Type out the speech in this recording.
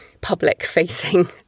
public-facing